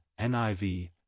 NIV